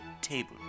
table